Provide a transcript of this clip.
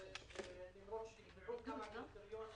כמה קריטריונים